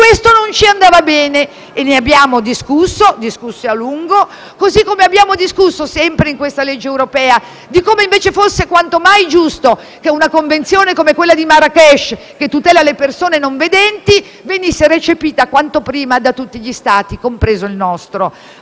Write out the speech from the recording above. della formazione e ne abbiamo discusso a lungo. Allo stesso modo abbiamo discusso, sempre in questo disegno di legge europea, di come invece fosse quanto mai giusto che una convenzione come quella di Marrakesh, che tutela le persone non vedenti, venisse recepita quanto prima da tutti gli Stati, compreso il nostro.